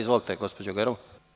Izvolite gospođo Gerov.